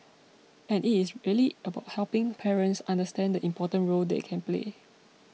and it is really about helping parents understand the important role they can play